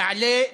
יעלה,